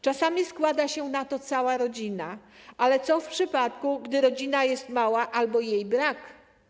Czasami składa się na to cała rodzina, ale co w przypadku, gdy rodzina jest mała albo jej brak?